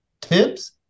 Tips